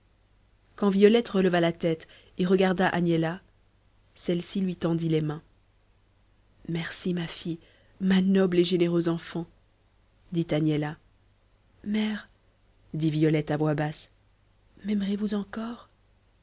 quand violette releva la tête et regarda agnella celle-ci lui tendit les mains merci ma fille ma noble et généreuse enfant dit agnella mère dit violette à voix basse maimerez vous encore